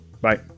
Bye